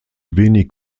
wenig